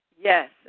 Yes